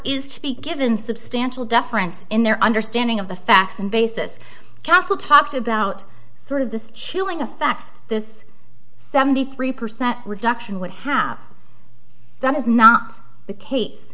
speak given substantial deference in their understanding of the facts and basis castle talks about sort of this chilling effect this seventy three percent reduction would have that is not the case